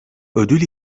ödül